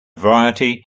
variety